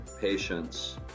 patience